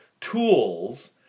tools